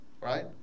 Right